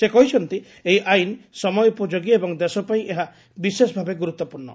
ସେ କହିଛନ୍ତି ଏହି ଆଇନ ସମୟୋପଯୋଗୀ ଏବଂ ଦେଶପାଇଁ ଏହା ବିଶେଷଭାବେ ଗୁରୁତ୍ୱପୂର୍ଣ୍ଣ